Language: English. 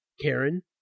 karen